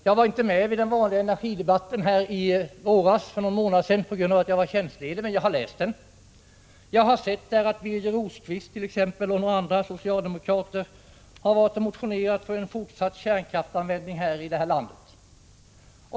Jag var inte med vid den vanliga energidebatten här i kammaren i våras, eftersom jag var tjänstledig, men jag har läst den. Jag har där sett att Birger Rosqvist och några andra socialdemokrater har motionerat om en fortsatt kärnkraftsanvändning i det här landet.